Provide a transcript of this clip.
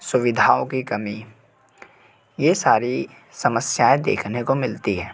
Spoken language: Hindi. सुविधाओं की कमी यह सारी समस्याऍं देखने को मिलती हैं